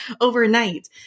overnight